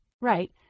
Right